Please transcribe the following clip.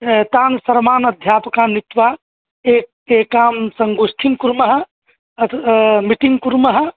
तान् सर्वान् अध्यापकान् नीत्वा ए एकां सङ्गोष्ठीं कुर्मः मीटिङ्ग् कुर्मः